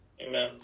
amen